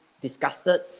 disgusted